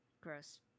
Gross